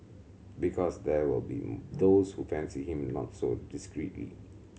because there will be those who fancy him not so discreetly